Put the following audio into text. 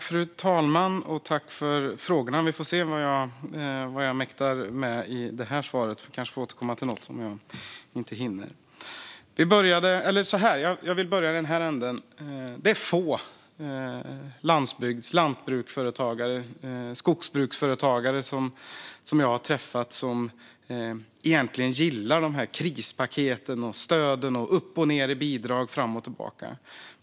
Fru talman! Jag tackar för frågorna. Vi får se vad jag mäktar med att svara på i det här inlägget. Vi får kanske återkomma till något om jag inte hinner. Jag vill börja i den här änden. Det är få lantbruksföretagare och skogsbruksföretagare som jag har träffat som egentligen gillar krispaketen, stöden och att det går upp och ned och fram och tillbaka med bidrag.